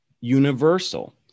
universal